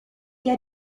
get